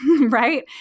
right